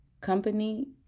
company